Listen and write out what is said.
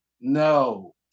no